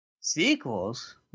sequels